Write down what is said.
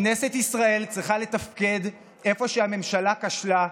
כנסת ישראל צריכה לתפקד איפה שהממשלה כשלה,